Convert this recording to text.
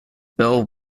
bill